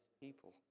people